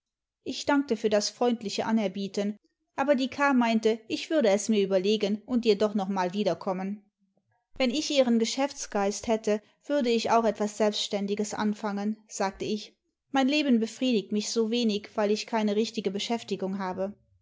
ich dankte für das freimdliche anerbieten aber die k meinte ich würde es mir überlegen und ihr doch noch mal wiederkommen wenn ich ihren geschäftsgeist hätte würde ich auch etwas selbständiges anfangen sagte ich mein leben befriedigt mich so wenig weil ich keine richtige beschäftigung habe